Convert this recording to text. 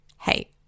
Hey